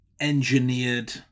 engineered